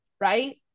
right